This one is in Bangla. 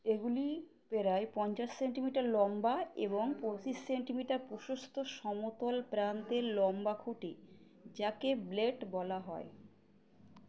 এগুলি প্রায় পঞ্চাশ সেন্টিমিটার লম্বা এবং পঁচিশ সেন্টিমিটার প্রশস্ত সমতল প্রান্তের লম্বা খুঁটি যাকে ব্লেড বলা হয়